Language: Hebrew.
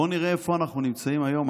בוא נראה איפה אנחנו נמצאים היום.